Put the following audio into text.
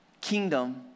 kingdom